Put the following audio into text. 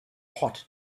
hot